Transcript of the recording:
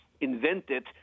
invented